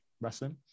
wrestling